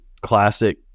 classic